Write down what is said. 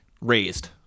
Raised